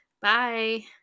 Bye